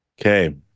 Okay